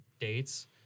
dates